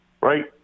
right